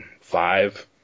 five